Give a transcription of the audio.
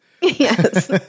Yes